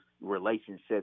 relationships